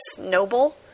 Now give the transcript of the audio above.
noble